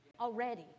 already